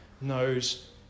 knows